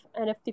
NFT